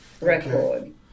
record